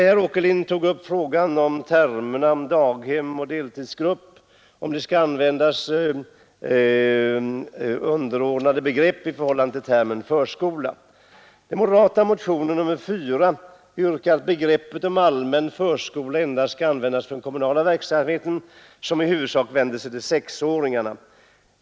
Herr Åkerlind tog upp frågan om daghem och deltidsgrupp skall vara underordnade begrepp till termen förskola. I motionen 4 från moderata samlingspartiet yrkas att begreppet allmän förskola endast skall användas för den kommunala verksamhet som i huvudsak vänder sig till sexåringarna.